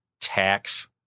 tax